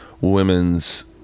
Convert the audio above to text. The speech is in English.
women's